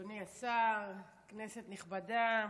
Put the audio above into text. אדוני השר, כנסת נכבדה,